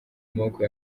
maboko